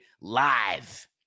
live